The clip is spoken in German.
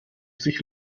sich